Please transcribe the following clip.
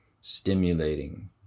stimulating